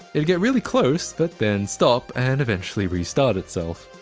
it'd get really close, but then stop and eventually restart itself.